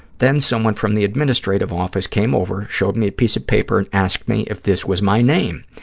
then someone from the administrative office came over, showed me a piece of paper and asked me if this was my name.